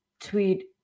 tweet